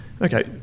Okay